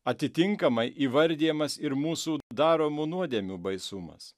atitinkamai įvardijamas ir mūsų daromų nuodėmių baisumas